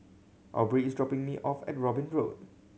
Aubree is dropping me off at Robin Road